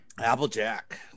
Applejack